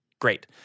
Great